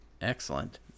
Excellent